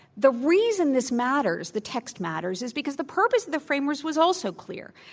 the reason this matters, the text matters, is because the purpose of the framers was also clear.